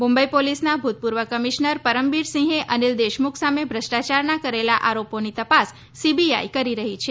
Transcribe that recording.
મુંબઈ પોલીસના ભૂતપૂર્વ કમિશ્નર પરમબીરસિંહે અનીલ દેશમુખ સામે ભ્રષ્ટાયારના કરેલા આરોપોની તપાસ સીબીઆઈ કરી રહી છે